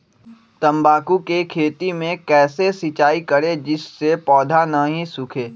तम्बाकू के खेत मे कैसे सिंचाई करें जिस से पौधा नहीं सूखे?